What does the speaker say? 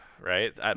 Right